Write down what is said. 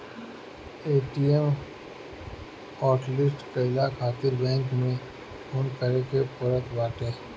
ATM hotlist कईला खातिर bank में फोन करे के पड़त बाटे